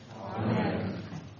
Amen